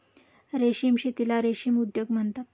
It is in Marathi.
रेशीम शेतीला रेशीम उद्योग म्हणतात